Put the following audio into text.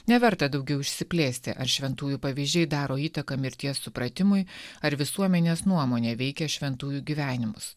neverta daugiau išsiplėsti ar šventųjų pavyzdžiai daro įtaką mirties supratimui ar visuomenės nuomonė veikia šventųjų gyvenimus